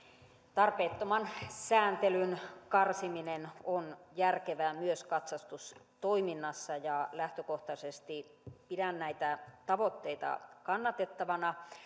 tarpeettoman sääntelyn karsiminen on järkevää myös katsastustoiminnassa ja lähtökohtaisesti pidän näitä tavoitteita kannatettavina